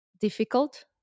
difficult